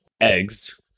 eggs